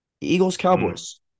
Eagles-Cowboys